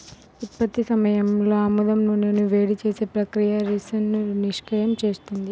ఉత్పత్తి సమయంలో ఆముదం నూనెను వేడి చేసే ప్రక్రియ రిసిన్ను నిష్క్రియం చేస్తుంది